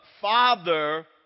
father